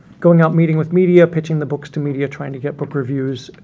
going out meeting with media, pitching the books to media trying to get book reviews,